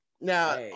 Now